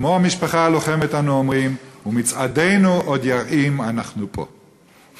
וכמו המשפחה הלוחמת אנו אומרים: "מצעדנו עוד ירעים: אנחנו פה".